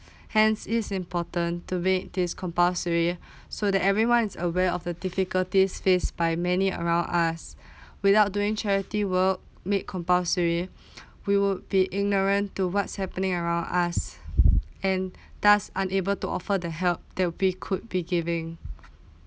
hence is important to make this compulsory so that everyone is aware of the difficulties faced by many around us without doing charity work made compulsory we would be ignorant to what's happening around us and thus unable to offer the help that will be could be giving